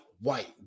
White